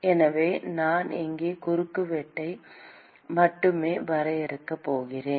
எனவே நான் இங்கே குறுக்குவெட்டை மட்டுமே வரையப் போகிறேன்